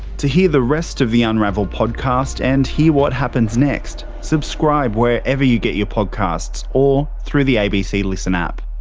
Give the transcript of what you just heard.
to hear the rest of the unravel podcast and hear what happens next, subscribe wherever you get your podcasts, or through the abc listen app.